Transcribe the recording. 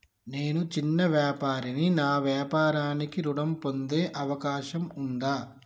నేను చిన్న వ్యాపారిని నా వ్యాపారానికి ఋణం పొందే అవకాశం ఉందా?